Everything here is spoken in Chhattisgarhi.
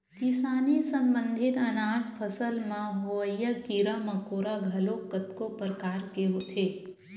किसानी संबंधित अनाज फसल म होवइया कीरा मकोरा घलोक कतको परकार के होथे